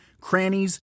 crannies